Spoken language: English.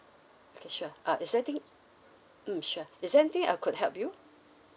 okay sure uh is there anything mm sure is there anything I could help you